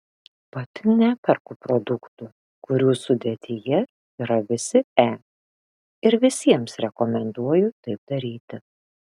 pati neperku produktų kurių sudėtyje yra visi e ir visiems rekomenduoju taip daryti